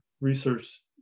research